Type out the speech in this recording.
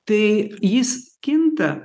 tai jis kinta